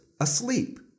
asleep